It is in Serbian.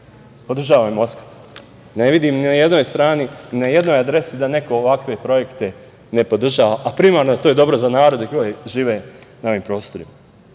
podržava i Moskva. Ne vidim ni na jednoj strani, ni na jednoj adresi da neko ovakve projekte ne podržava, a primarno je to dobro za narod koji živi na ovim prostorima.U